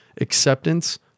Acceptance